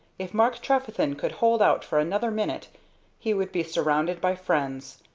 if mark trefethen could hold out for another minute he would be surrounded by friends.